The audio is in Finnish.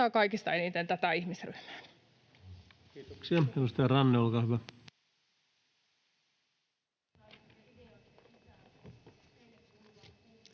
Kiitos.